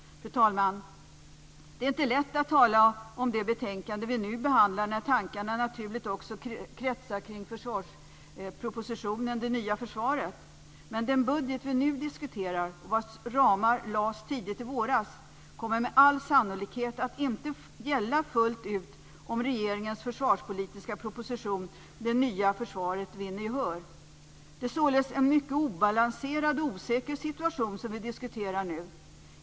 Fru talman! Det är inte lätt att tala om det betänkande som vi nu behandlar, när tankarna naturligt också kretsar kring försvarspropositionen Det nya försvaret. Men den budget som vi nu diskuterar och vars ramar lades fast tidigt i våras kommer med all sannolikhet att inte gälla fullt ut om regeringens försvarspolitiska proposition Det nya försvaret vinner gehör. Det är således en mycket obalanserad och osäker situation som vi diskuterar nu.